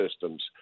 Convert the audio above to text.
systems